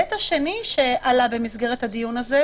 ההיבט השני שעלה במסגרת הדיון הזה,